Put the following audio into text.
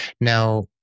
Now